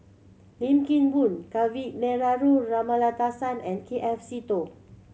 Lim Kim Boon Kavignareru Amallathasan and K F Seetoh